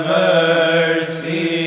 mercy